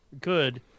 Good